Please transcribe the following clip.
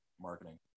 marketing